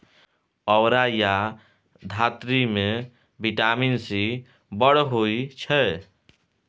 औरा या धातृ मे बिटामिन सी बड़ होइ छै